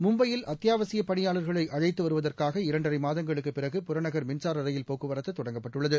மும்பையில் அத்தியாவசியப் பணியாளர்களைஅழைத்துவருவதற்காக இரண்டரைமாதங்களுக்குபிறகு புறநகர் மின்சாரரயில் போக்குவரத்துதொடங்கப்பட்டுள்ளது